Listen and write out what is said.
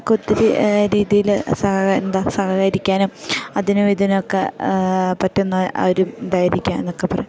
അതൊക്കെ ഒത്തിരി രീതിയില് സഹ എന്താ സഹകരിക്കാനും അതിനും ഇതിനും ഒക്കെ പറ്റുന്ന ആ ഒരു ഇതായിരിക്കാനുമൊക്കെ